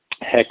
Heck